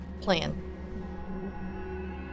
plan